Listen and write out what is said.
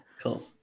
Cool